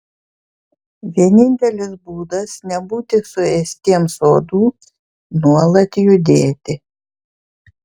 vienintelis būdas nebūti suėstiems uodų nuolat judėti